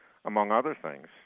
among other things.